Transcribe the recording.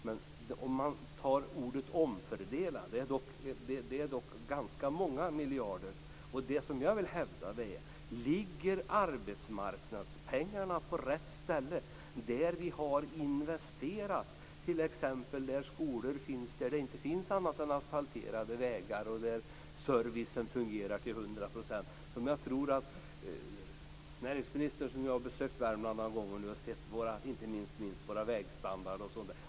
Men om man tar ordet "omfördela" gäller det dock ganska många miljarder, och det som jag vill ifrågasätta är: Ligger arbetsmarknadspengarna på rätt ställe, där vi har investerat, t.ex. där skolor finns, där det inte finns annat än asfalterade vägar och där servicen fungerar till 100 %? Näringsministern har ju besökt Värmland några gånger nu och sett inte minst vår vägstandard osv.